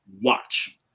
Watch